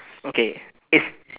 okay it's